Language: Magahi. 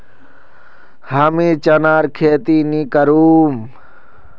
हमीं चनार खेती नी करुम